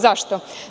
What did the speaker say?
Zašto?